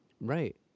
Right